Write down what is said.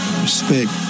Respect